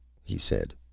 he said.